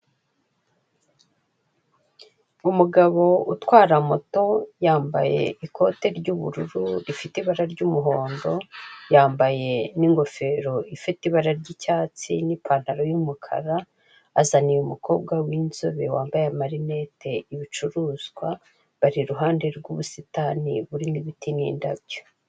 Umugabo utwara moto, yambaye ikote ry'ubururu rifite ibara ry'umuhondo, yambaye n'ingofero ifite ibara ry'icyatsi n'ipantaro y'umukara, azaniye umukobwa w'inzobe wambaye amarinete ibicuruzwa, bari iruhande rw'ubusitani burimo ibiti n'indabyo.